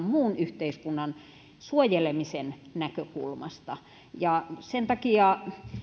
muun yhteiskunnan suojelemisen näkökulmasta sen takia